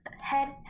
head